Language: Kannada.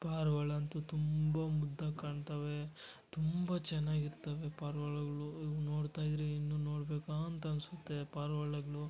ಪಾರಿವಾಳ ಅಂತೂ ತುಂಬ ಮುದ್ದಾಗಿ ಕಾಣ್ತವೇ ತುಂಬ ಚೆನ್ನಾಗ್ ಇರ್ತವೆ ಪಾರಿವಾಳಗಳು ಅದನ್ನು ನೋಡ್ತಾ ಇದ್ದರೆ ಇನ್ನೂ ನೋಡಬೇಕಾ ಅಂತ ಅನಿಸುತ್ತೆ ಪಾರಿವಾಳಗ್ಳು